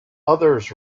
others